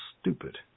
stupid